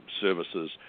services